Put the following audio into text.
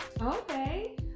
Okay